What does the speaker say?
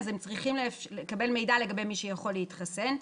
הם צריכים לקבל מידע לגבי מי שיכול להתחסן.